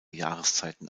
jahreszeiten